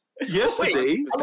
yesterday